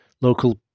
local